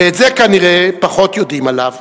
ואת זה כנראה פחות יודעים עליו,